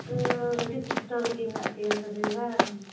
ᱟᱫᱚ ᱟᱹᱰᱤ ᱠᱚᱥᱴᱚ ᱨᱮᱜᱮ ᱢᱮᱱᱟᱜ ᱯᱮᱭᱟ ᱛᱚᱵᱮ ᱵᱟᱝ